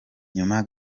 nyuma